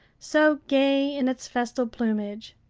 so gay in its festal plumage.